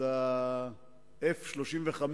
אז ה-F35